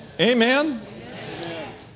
Amen